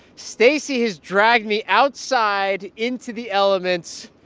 stacey has dragged me outside into the elements.